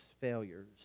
failures